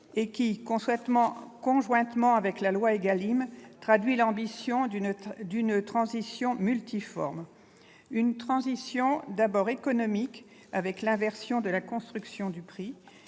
traduit, conjointement avec la loi ÉGALIM, l'ambition d'une transition multiforme : une transition économique, avec l'inversion de la construction du prix,